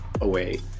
away